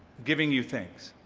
giving you things.